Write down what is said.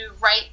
write